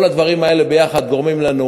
כל הדברים האלה ביחד גורמים לנו